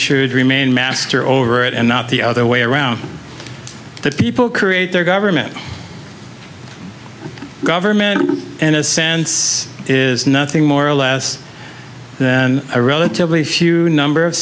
should remain master over it and not the other way around that people create their government a government in a sense is nothing more or less then a relatively few number of